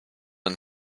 and